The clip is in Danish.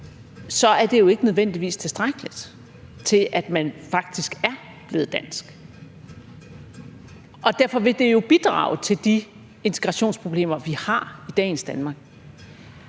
så er det jo ikke nødvendigvis tilstrækkeligt til, at man faktisk er blevet dansk, og derfor vil det jo bidrage til de integrationsproblemer, vi har i dagens Danmark.